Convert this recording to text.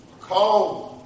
call